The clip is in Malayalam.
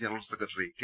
general secretary K